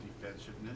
Defensiveness